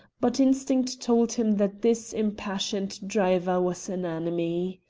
but instinct told him that this impassioned driver was an enemy.